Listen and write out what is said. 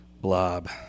Blob